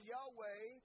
Yahweh